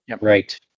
Right